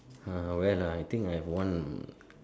uh when ah I think I've one